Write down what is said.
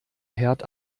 herd